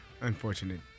unfortunate